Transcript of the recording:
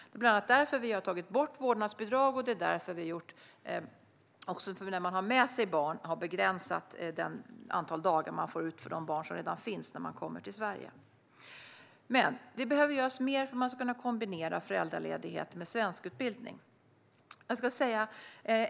Det är bland annat därför vi har tagit bort vårdnadsbidrag och har begränsat det antal dagar man får ut för de barn som redan finns när man kommer till Sverige. Det behöver göras mer för att man ska kunna kombinera föräldraledigheten med utbildning i svenska.